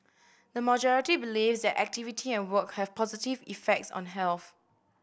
the majority believes that activity and work have positive effects on health